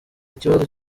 ikibazo